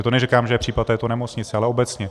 To neříkám, že je případ této nemocnice, ale obecně.